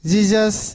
Jesus